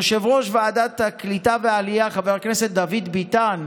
יושב-ראש ועדת העלייה והקליטה חבר הכנסת דוד ביטן,